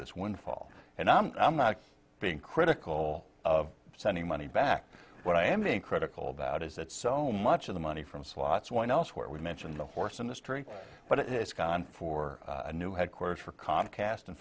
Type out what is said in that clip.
this one fall and i'm i'm not being critical of sending money back what i am being critical about is that so much of the money from slots went elsewhere we mentioned the horse industry but it's gone for a new headquarters for comcast in